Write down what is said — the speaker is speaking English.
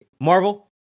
marvel